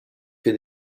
für